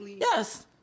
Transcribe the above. Yes